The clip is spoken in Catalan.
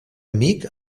amic